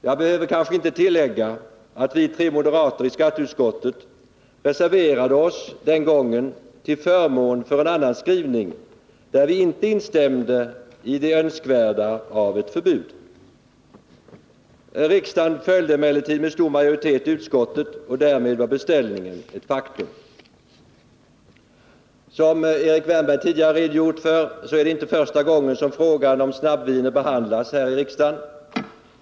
Jag behöver kanske inte tillägga att vi tre moderater i skatteutskottet reserverade oss till förmån för en annan skrivning där vi inte instämde i det önskvärda av ett förbud. Riksdagen följde emellertid med stor majoritet utskottet, och därmed var beställningen ett faktum. Som Erik Wärnberg tidigare redogjort för är det inte första gången som frågan om snabbvinerna behandlas här i riksdagen.